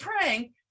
praying